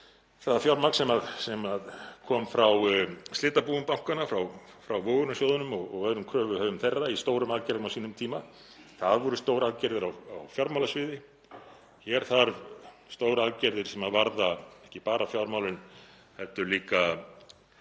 það fjármagn sem kom frá slitabúum bankanna, frá vogunarsjóðunum og öðrum kröfuhöfum þeirra í stórum aðgerðum á sínum tíma. Það voru stóraðgerðir á fjármálasviði. Hér þarf stóraðgerðir sem varða, ekki bara fjármálin heldur líka líf